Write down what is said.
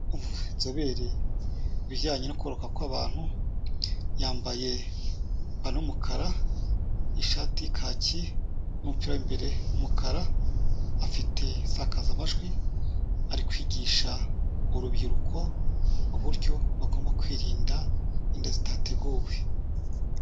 Inzobere mu bijyanye no kororoka kw'abantu, yambaye ipantaro y'umukara, ishati y'ikaki, n'umupira w'imbere w'umukara, afite insakazamajwi, ari kwigisha urubyiruko uburyo bagomba kwirinda inda zitateguwe.